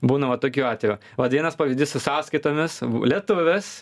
būna va tokių atvejų vat vienas pavyzdys su sąskaitomis lietuvis